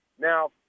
Now